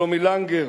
שלומי לנגר,